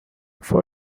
for